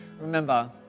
Remember